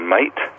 Mate